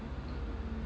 mm